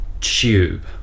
tube